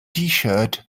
tshirt